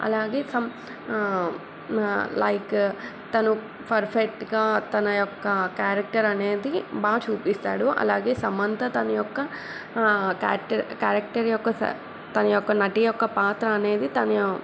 అలాగే సమ లైక్ తను పర్ఫెక్ట్గా తన యొక్క క్యారెక్టర్ అనేది బాగా చూపిస్తాడు అలాగే సమంత తన యొక్క క్యారెక్టర్ క్యారెక్టర్ యొక్క తన యొక్క నటి యొక్క పాత్ర అనేది తను